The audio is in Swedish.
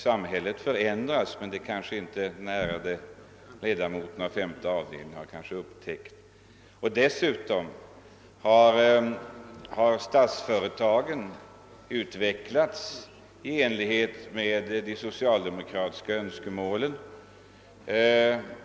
Samhället förändras, men kanske den ärade ledamoten av femte avdelninen inte har upptäckt detta. Dessutom har statsföretagen utvecklats i enlighet med de socialdemokratiska önskemålen.